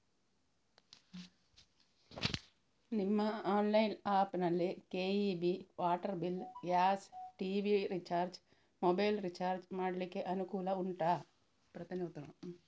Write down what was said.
ನಿಮ್ಮ online app ನಲ್ಲಿ KEB, water bill, gas, TV recharge, mobile recharge ಮಾಡ್ಲಿಕ್ಕೆ ಅನುಕೂಲ ಉಂಟಾ